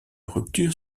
rupture